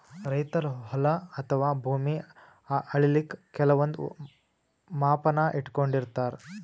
ರೈತರ್ ಹೊಲ ಅಥವಾ ಭೂಮಿ ಅಳಿಲಿಕ್ಕ್ ಕೆಲವಂದ್ ಮಾಪನ ಇಟ್ಕೊಂಡಿರತಾರ್